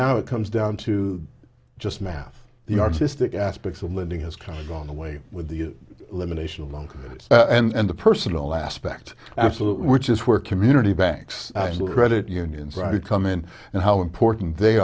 now it comes down to just math the artistic aspects of lending has kind of gone away with the elimination of long and the personal aspect absolutely which is where community banks credit unions right come in and how important they